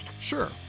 Sure